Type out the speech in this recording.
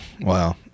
wow